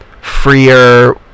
freer